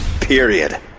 Period